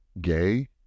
gay